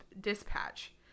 Dispatch